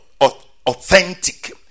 authentic